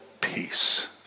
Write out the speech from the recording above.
peace